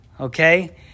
Okay